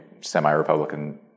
semi-Republican